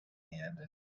hand